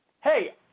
Hey